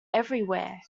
everywhere